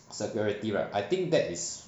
security right I think that is